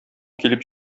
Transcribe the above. килеп